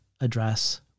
address